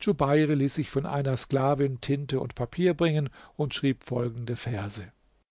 djubeir ließ sich von einer sklavin tinte und papier bringen und schrieb folgende verse